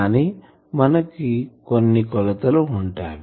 కానీ మనకి కొన్ని కొలతలు ఉంటాయి